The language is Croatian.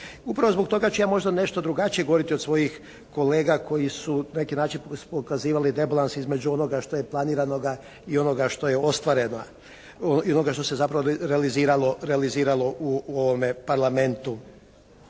Upravo zbog toga ću ja možda nešto drugačije govoriti od svojih kolega koji su na neki način ukazivali rebalans između onoga što je planirano i onoga što je ostvareno i ono što se zapravo realiziralo u ovome Parlamentu.